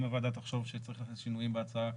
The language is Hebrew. הוועדה תחשוב שצריך להכניס שינויים בהצעה,